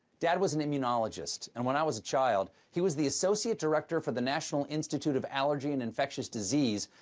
dad was an immunologist, and, when i was a child, he was the associate director for the national institute of allergy and infectious disease,